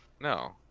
No